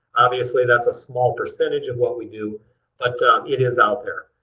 obviously that's a small percentage of what we do, but it is out there.